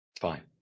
Fine